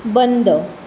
बंद